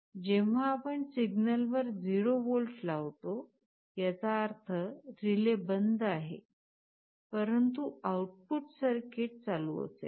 जेव्हा आपण सिग्नलवर 0 व्होल्ट लावतो याचा अर्थ रिले बंद आहे परंतु आउटपुटला सर्किट चालू असेल